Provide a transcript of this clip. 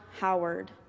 Howard